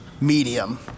medium